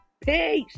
Peace